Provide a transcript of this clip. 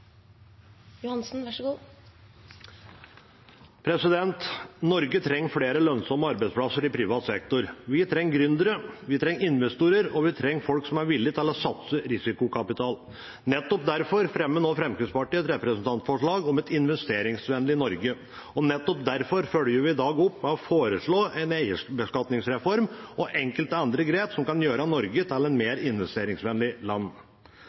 Norge trenger flere lønnsomme arbeidsplasser i privat sektor. Vi trenger gründere, vi trenger investorer, og vi trenger folk som er villige til å satse risikokapital. Nettopp derfor fremmer Fremskrittspartiet nå et representantforslag om et investeringsvennlig Norge. Og nettopp derfor følger vi i dag opp med å foreslå en eierbeskatningsreform og enkelte andre grep som kan gjøre Norge til et mer investeringsvennlig land.